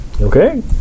Okay